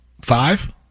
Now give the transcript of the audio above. Five